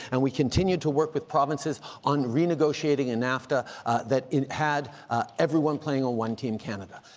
and we continued to work with provinces on renegotiating a nafta that had everyone playing on one team canada.